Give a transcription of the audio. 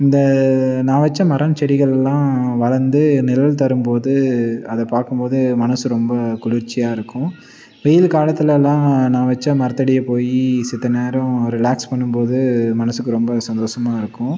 இந்த நான் வச்ச மரம் செடிகள்லெல்லாம் வளர்ந்து நிழல் தரும் போது அதை பார்க்கும் போது மனது ரொம்ப குளிர்ச்சியாக இருக்கும் வெயில் காலத்திலலாம் நான் வச்ச மரத்தடியில் போய் செத்த நேரம் ரிலாக்ஸ் பண்ணும் போது மனதுக்கு ரொம்ப சந்தோஷமாக இருக்கும்